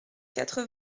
quatre